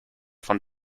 von